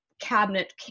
cabinet